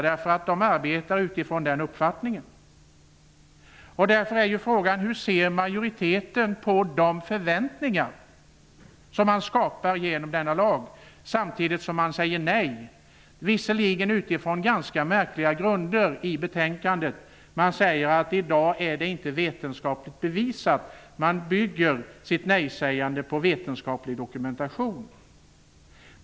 De arbetar utifrån den uppfattningen. Men då är frågan: Hur ser majoriteten på de förväntningar som man skapar genom denna lag samtidigt som man i betänkandet säger nej till detta? Det gör man visserligen på ganska märkliga grunder: Man säger att det i dag inte är vetenskapligt bevisat. Man bygger alltså sitt nejsägande på vetenskaplig dokumentation.